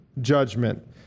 judgment